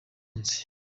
munsi